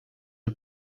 her